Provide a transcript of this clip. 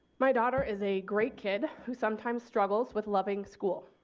my daughter is a great kid who sometimes struggles with loving school.